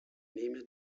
nehme